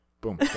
boom